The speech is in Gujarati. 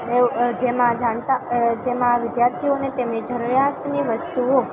એવું જેમાં જાણતા જેમાં વિદ્યાર્થીઓને તેમની જરૂરિયાતની વસ્તુઓ